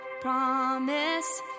promise